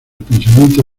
pensamiento